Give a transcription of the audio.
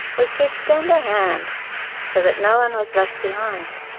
was to extend a hand so that no one was left behind.